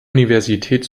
universität